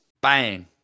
bang